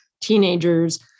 teenagers